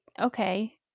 okay